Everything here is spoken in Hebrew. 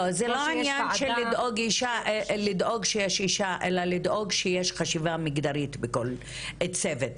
זה לא לדאוג שיש אישה אלא לדאוג שיש חשיבה מגדרית בכל צוות.